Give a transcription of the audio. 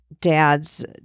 dad's